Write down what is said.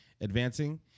advancing